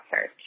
search